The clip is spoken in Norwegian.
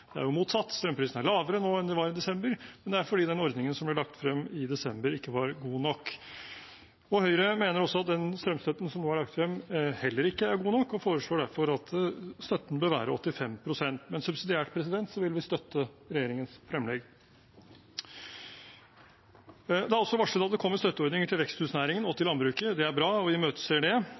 det er jo motsatt, strømprisene er lavere nå enn de var i desember – men fordi den ordningen som ble lagt frem i desember, ikke var god nok. Høyre mener at heller ikke den strømstøtten som nå er lagt frem, er god nok, og foreslår derfor at støtten bør være på 85 pst. Men subsidiært vil vi støtte regjeringens fremlegg. Det er også varslet at det kommer støtteordninger til veksthusnæringen og landbruket. Det er bra, og vi imøteser det.